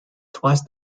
twice